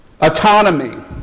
Autonomy